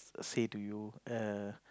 say to you err